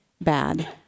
bad